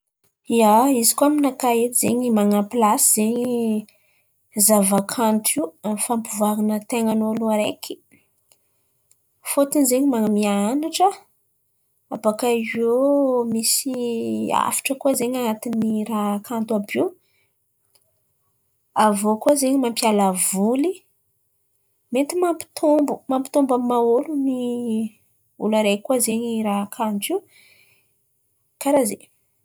Ia, izy koà aminakà edy zen̈y man̈ana plasy zen̈y zava-kanto io amin'ny fampivoaran̈a ten̈an'olo araiky. Fôtony zen̈y man̈amia anatra abôkà eo misy hafatra koa zen̈y an̈atin'ny ràha kanto àby io. Avy iô koà zen̈y mampiala voly, mety mampitombo mampitombo amin'ny maha ôlon̈y olo araiky koà zen̈y ràha kanto io, kàraha zen̈y.